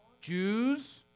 jews